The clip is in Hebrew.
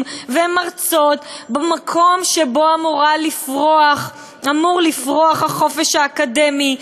ומרצות במקום שבו אמור לפרוח החופש האקדמי,